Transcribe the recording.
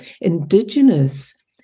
Indigenous